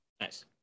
Nice